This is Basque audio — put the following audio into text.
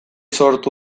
sortu